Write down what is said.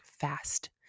fast